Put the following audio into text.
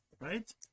right